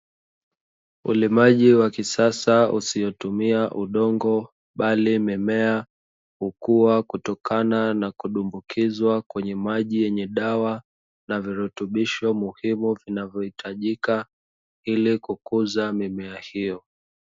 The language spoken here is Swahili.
Ulimaji wa kisasa usiotumia udongo bali mimea hukua kutokana na kudumbukizwa kwenye maji yenye dawa, na virutubisho muhimu vinavyohitajika ili kukuza mimea hiyo.